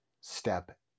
step